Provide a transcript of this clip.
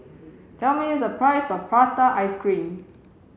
tell me the price of prata ice cream